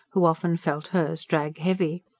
who often felt hers drag heavy.